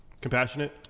compassionate